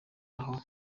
naho